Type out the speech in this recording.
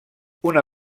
una